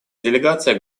делегация